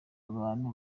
abantu